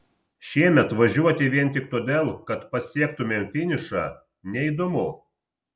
šiemet važiuoti vien tik todėl kad pasiektumėm finišą neįdomu